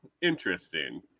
interesting